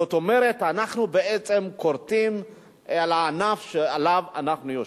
זאת אומרת אנחנו בעצם כורתים את הענף שעליו אנחנו יושבים.